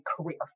career